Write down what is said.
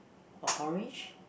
or orange